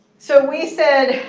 so we said,